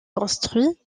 construits